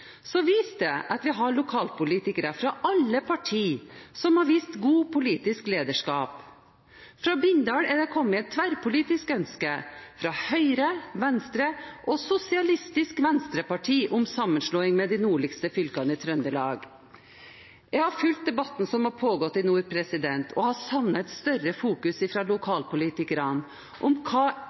har vist godt politisk lederskap. Fra Bindal er det kommet tverrpolitisk ønske fra Høyre, Venstre og Sosialistisk Venstreparti om sammenslåing med de nordligste kommunene i Trøndelag. Jeg har fulgt debatten som har pågått i nord, og har savnet et større fokus